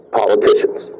politicians